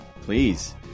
Please